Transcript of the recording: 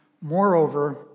Moreover